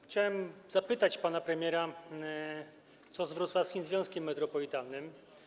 Chciałem zapytać pana premiera: Co z wrocławskim związkiem metropolitalnym?